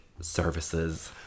services